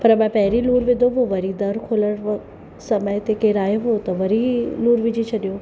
पर मां पहिरी लूणु विधो हुओ वरी दरु खुलण वक़्ति समय ते केर आयो हुओ त वरी लूणु विझी छॾियो